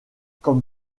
comme